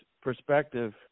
perspective